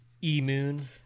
E-Moon